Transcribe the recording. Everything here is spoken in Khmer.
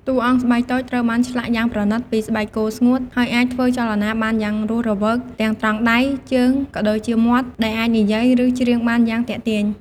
តួអង្គស្បែកតូចត្រូវបានឆ្លាក់យ៉ាងប្រណិតពីស្បែកគោស្ងួត ហើយអាចធ្វើចលនាបានយ៉ាងរស់រវើក ទាំងត្រង់ដៃ ជើង ក៏ដូចជាមាត់ ដែលអាចនិយាយ ឬច្រៀងបានយ៉ាងទាក់ទាញ ។